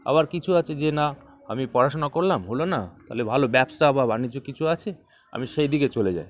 আবার কিছু আছে যে না আমি পড়াশোনা করলাম হল না তালে ভালো ব্যবসা বা বাণিজ্য কিছু আছে আমি সেই দিকে চলে যাই